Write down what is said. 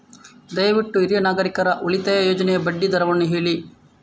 ದಯವಿಟ್ಟು ಹಿರಿಯ ನಾಗರಿಕರ ಉಳಿತಾಯ ಯೋಜನೆಯ ಬಡ್ಡಿ ದರವನ್ನು ಹೇಳಿ